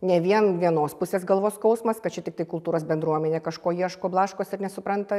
ne vien vienos pusės galvos skausmas kad čia tiktai kultūros bendruomenė kažko ieško blaškosi ir nesupranta